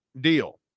deal